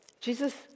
Jesus